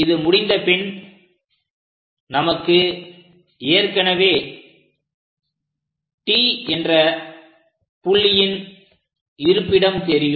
இது முடிந்த பின் நமக்கு ஏற்கனவே T என்ற புள்ளியின் இருப்பிடம் தெரியும்